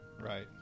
Right